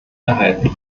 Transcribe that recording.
erhalten